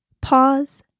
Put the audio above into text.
Pause